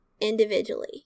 individually